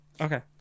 okay